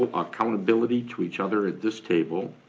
ah accountability to each other at this table,